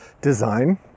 design